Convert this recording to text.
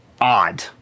odd